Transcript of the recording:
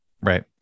Right